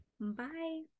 Bye